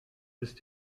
ist